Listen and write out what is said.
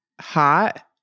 hot